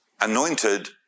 Anointed